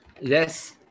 Yes